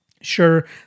Sure